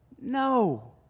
No